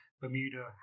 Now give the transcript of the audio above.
Bermuda